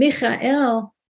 Michael